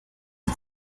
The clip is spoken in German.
die